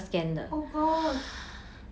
oh gosh